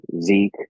Zeke